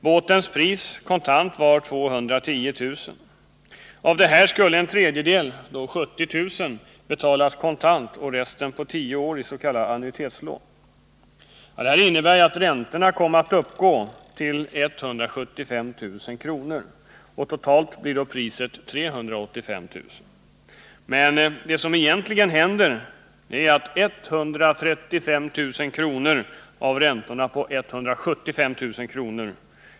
Båtens pris kontant var 210 000 kr. Av detta skulle en tredjedel, 70 000 kr., betalas kontant och resten på tio år i form avs.k. annuitetslån. Detta innebär att räntorna kommer att uppgå till 175 000 kr., och totalt blir då priset 385 000 kr. Men det som egentligen händer är att 135 000 kr. av räntorna på 175 000 kr.